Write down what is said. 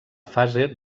fase